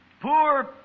poor